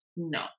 No